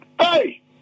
Hey